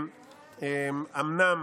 אומנם